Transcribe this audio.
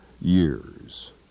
years